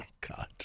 God